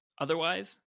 otherwise